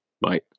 Bye